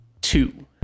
two